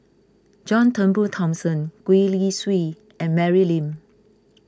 John Turnbull Thomson Gwee Li Sui and Mary Lim